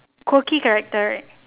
cool key character right